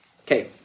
okay